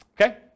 Okay